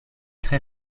tre